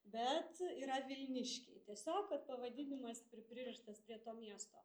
bet yra vilniškai tiesiog vat pavadinimas pri pririštas prie to miesto